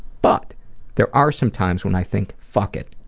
but there are some times when i think, fuck it.